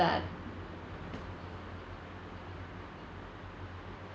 that